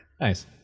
Nice